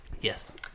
Yes